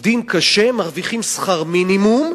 עובדים קשה, מרוויחים שכר מינימום,